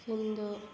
किन्तु